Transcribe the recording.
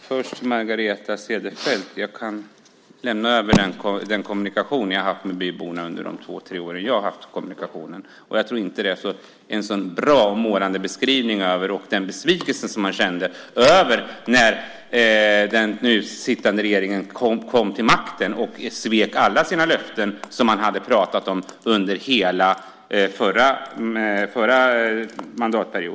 Herr talman! Jag kan lämna över den kommunikation jag har haft med byborna under två tre år, Margareta Cederfelt. Jag tror inte att det är en sådan bra och målande beskrivning över den besvikelse man kände när den nu sittande regeringen kom till makten och svek alla de löften man hade pratat om under hela förra mandatperioden.